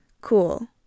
Cool